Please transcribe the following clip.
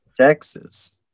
texas